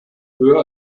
höher